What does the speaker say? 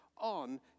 on